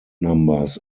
numbers